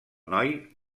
noi